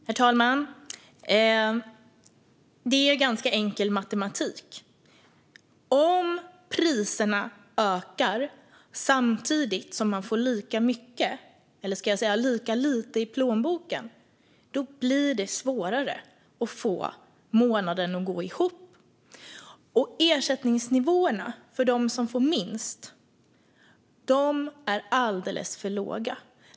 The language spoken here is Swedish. Herr talman! Det är ganska enkel matematik. Om priserna ökar samtidigt som man får lika mycket - eller lika lite - i plånboken blir det svårare att få månaden att gå ihop. Ersättningsnivåerna för dem som får minst är alldeles för låga.